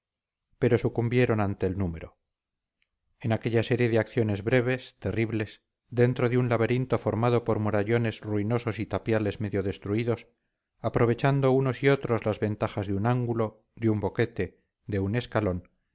pero sucumbieron ante el número en aquella serie de acciones breves terribles dentro de un laberinto formado por murallones ruinosos y tapiales medio destruidos aprovechando unos y otros las ventajas de un ángulo de un boquete de un escalón